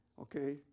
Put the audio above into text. okay